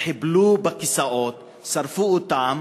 חיבלו בכיסאות ושרפו אותם.